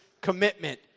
commitment